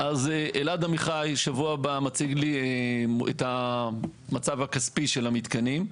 אלעד עמיחי בשבוע הבא יציג לי את המצב הכספי של המתקנים.